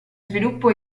sviluppo